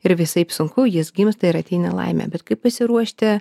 ir visaip sunku jis gimsta ir ateina laimė bet kaip pasiruošti